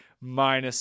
minus